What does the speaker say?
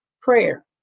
prayer